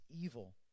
evil